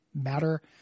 matter